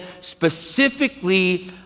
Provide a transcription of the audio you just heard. specifically